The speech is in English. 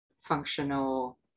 functional